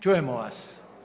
Čujemo vas.